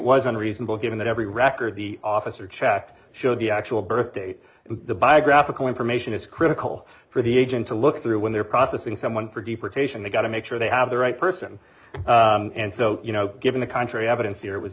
was unreasonable given that every record the officer checked showed the actual birth date and the by i graphical information is critical for the agent to look through when they're processing someone for deportation they've got to make sure they have the right person and so you know given the contrary evidence here